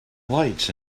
lights